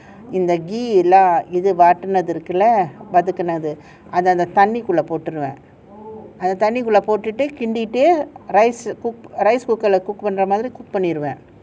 in the ghee lah வதக்குனது இருக்குல்ல அதெல்லாம் தண்ணிக்குள்ள போற்றுவேன் போட்டுட்டு:vathuakkunathu irukkulla athellaam thannikulla poatruven poattutu rice cook rice cooker cook பண்ற மாதிரி வதக்கீருவேன்:pandra maathiri vathakkeruven